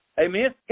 Amen